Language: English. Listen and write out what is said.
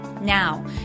now